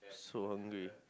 so hungry